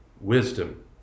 wisdom